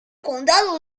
condado